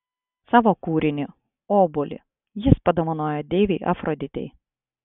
savo kūrinį obuolį jis dovanojo deivei afroditei